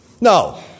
No